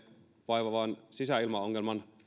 vaivaavan sisäilmaongelman